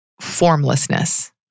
formlessness